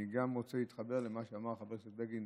אני רוצה להתחבר למה שאמר חבר הכנסת בגין,